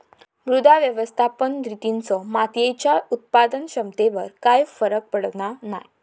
मृदा व्यवस्थापन रितींचो मातीयेच्या उत्पादन क्षमतेवर कायव फरक पडना नाय